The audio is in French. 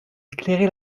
éclairait